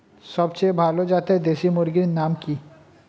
সবচেয়ে ভালো জাতের দেশি মুরগির নাম কি?